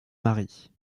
marie